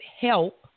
help